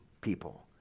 people